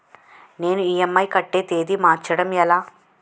నేను ఇ.ఎం.ఐ కట్టే తేదీ మార్చడం ఎలా?